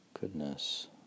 Goodness